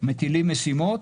מטילים משימות.